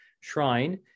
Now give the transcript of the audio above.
Shrine